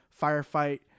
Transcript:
firefight